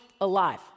alive